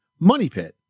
MONEYPIT